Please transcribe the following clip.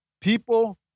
People